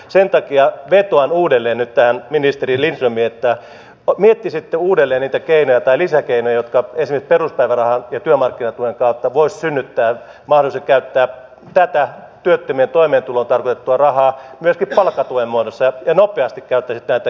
sen takia vetoan uudelleen nyt tähän ministeri lindströmiin että miettisitte uudelleen niitä lisäkeinoja jotka esimerkiksi peruspäivärahan ja työmarkkinatuen kautta voisivat synnyttää mahdollisuuden käyttää tätä työttömien toimeentuloon tarkoitettua rahaa myöskin palkkatuen muodossa ja nopeasti käyttäisitte näitä keinoja